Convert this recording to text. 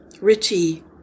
Richie